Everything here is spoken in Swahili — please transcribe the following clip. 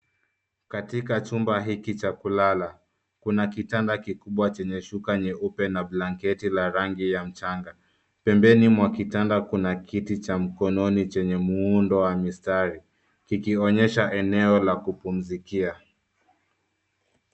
Katika chumba hiki cha kulala, kuna kitanda kikubwa chenye shuka nyeupe na blanketi la rangi ya mchanga. Pembeni mwa kitanda kuna kiti cha mkononi chenye muundo wa mistari kikionyesha eneo la kupumzikia.